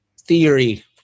theory